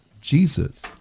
Jesus